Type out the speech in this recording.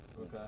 Okay